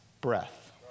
breath